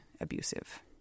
abusive